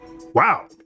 Wow